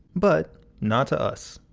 but not to us.